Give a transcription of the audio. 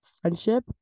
friendship